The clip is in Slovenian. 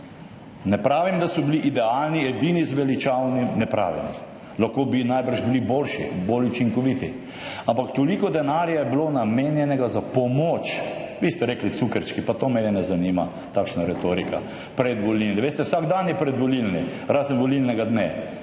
Ne pravim, da so bili idealni, edini zveličavni. Ne pravim. Lahko bi bili najbrž boljši, bolj učinkoviti. Ampak toliko denarja je bilo namenjenega za pomoč. Vi ste rekli cukrčki. Pa to mene ne zanima, takšna retorika. Predvolilni … Veste, vsak dan je predvolilni, razen volilnega dne.